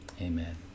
Amen